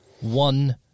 one